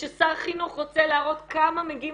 וכששר חינוך רוצה להראות כמה מגיעים